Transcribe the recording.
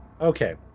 Okay